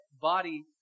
body